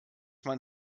man